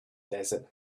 desert